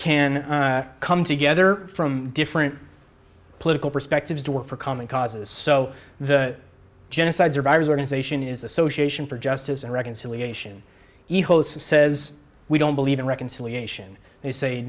can come together from different political perspectives to work for common causes so the genocide survivors organization is association for justice and reconciliation he hosts says we don't believe in reconciliation they say